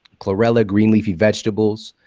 chlorella, green leafy vegetables,